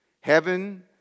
Heaven